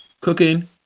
cooking